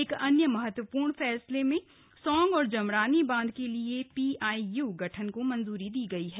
एक अन्य महत्वपूर्ण फैसले में सौंग और जमरानी बांध के लिए पीआईयू गठन को मंजूरी दी गई है